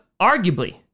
arguably